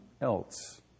else